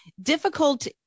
Difficult